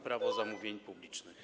Prawo zamówień publicznych?